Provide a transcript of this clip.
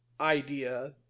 idea